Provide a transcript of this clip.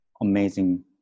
amazing